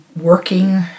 working